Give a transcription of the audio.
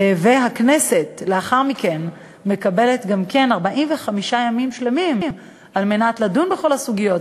והכנסת לאחר מכן מקבלת גם כן 45 ימים שלמים לדון בכל הסוגיות.